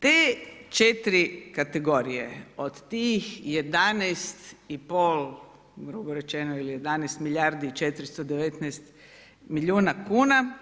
Te četiri kategorije od tih 11,5 grubo rečeno ili 11 milijardi i 419 milijuna kuna